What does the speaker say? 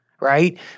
right